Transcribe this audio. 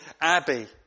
Abbey